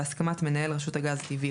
בהסכמת מנהל רשות הגז הטבעי,